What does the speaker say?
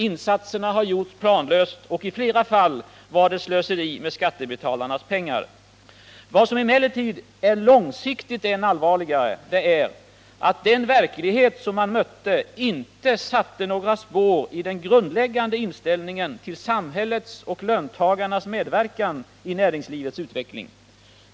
Insatserna gjordes planlöst, och i flera fall var det slöseri med skattebetalarnas pengar. Vad som emellertid är långsiktigt än allvarligare är att den verklighet som man mötte inte satte några spår i den grundläggande inställningen till samhällets och löntagarnas medverkan i näringslivets utveckling.